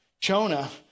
Jonah